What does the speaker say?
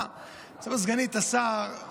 סגנית השר היא